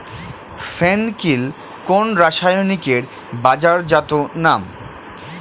ফেন কিল কোন রাসায়নিকের বাজারজাত নাম?